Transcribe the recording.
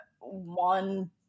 one